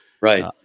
Right